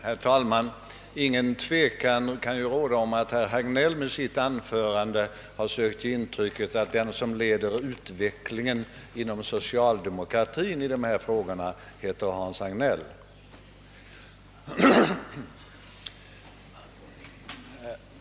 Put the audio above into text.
Herr talman! Ingen tvekan kan ju råda om att herr Hagnell med sitt anförande har sökt ge intrycket att den som leder utvecklingen inom socialdemokratin i dessa frågor heter Hans Hagnell.